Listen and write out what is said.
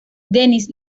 dennis